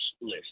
list